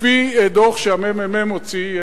לפי דוח שהממ"מ הוציא,